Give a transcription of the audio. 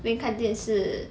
边看电视